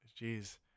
jeez